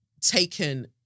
Taken